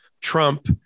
Trump